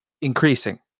increasing